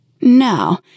No